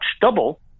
double